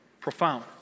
Profound